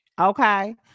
Okay